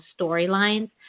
storylines